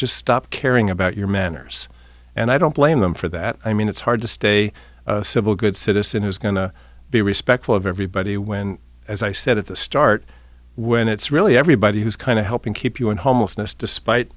just stop caring about your manners and i don't blame them for that i mean it's hard to stay civil good citizen who's going to be respectful of everybody when as i said at the start when it's really everybody who's kind of helping keep you in homelessness despite